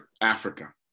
Africa